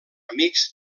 amics